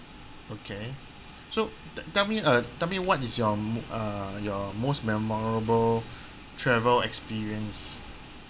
okay so t~ tell me uh tell me what is your m~ uh your most memorable travel experience